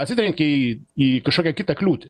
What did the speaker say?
atsitrenkei į kažkokią kitą kliūtį